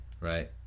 Right